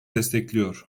destekliyor